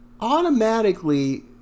automatically